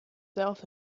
south